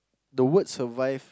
the word survive